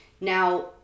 Now